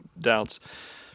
doubts